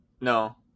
No